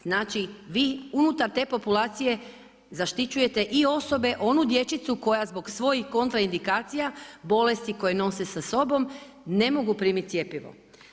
Znači vi unutar te populacije zaštićujete i osobe, onu dječicu koja zbog svojih kontraindikacija, bolesti koje nose sa sobom ne mogu primiti cjepivo.